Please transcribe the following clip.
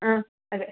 ആ അതെ